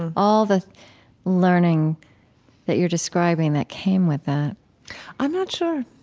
all the learning that you're describing that came with that i'm not sure.